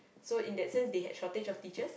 so in that sense they had shortage of teachers